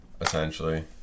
Essentially